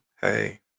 Hey